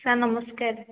sir ନମସ୍କାର